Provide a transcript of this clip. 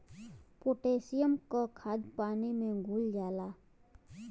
potassium क खाद पानी में घुल जाला